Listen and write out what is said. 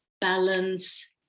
balance